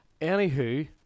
Anywho